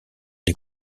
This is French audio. les